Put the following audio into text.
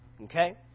Okay